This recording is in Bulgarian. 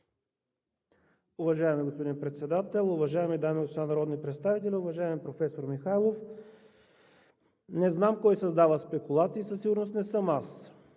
Уважаеми господин Председател, уважаеми дами и господа народни представители! Уважаеми професор Михайлов, не знам кой създава спекулации и със сигурност не съм аз.